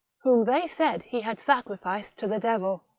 whom they said he had sacrificed to the devil.